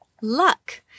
luck